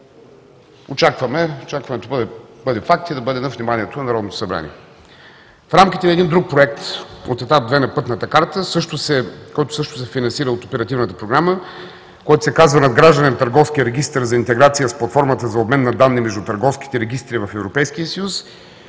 правосъдието, очакваме да бъде факт и да бъде на вниманието на Народното събрание. В рамките на един друг проект от Етап 2 на Пътната карта, също финансиран от Оперативната програма, който се казва „Надграждане на Търговския регистър за интеграция с платформата за обмен на данни между търговските регистри в